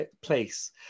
place